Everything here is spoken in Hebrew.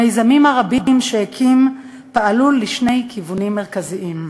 המיזמים הרבים שהקים פעלו לשני כיוונים מרכזיים: